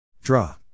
Draw